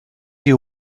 you